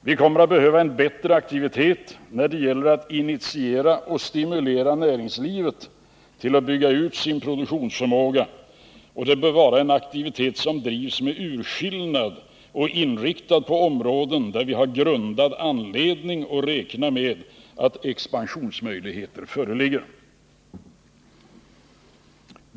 Vi kommer att behöva en bättre aktivitet när det gäller att initiera och stimulera näringslivet till att bygga ut sin produktionsförmåga, och det bör vara en aktivitet som drivs med urskillnad och som är inriktad på områden där vi har grundad anledning att räkna med att expansionsmöjligheter föreligger.